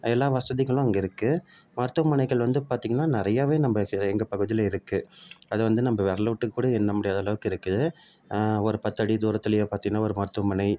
எல்லா வசதிகளும் அங்கே இருக்குது மருத்துவமனைகள் வந்து பார்த்திங்கனா நிறையாவே நம்ம எங்கள் பகுதியில் இருக்குது அது வந்து நம்ம விரல் விட்டு கூட எண்ண முடியாத அளவுக்கு இருக்குது ஒரு பத்தடி தூரத்துலேயே பார்த்திங்கன்னா ஒரு மருத்துவமனை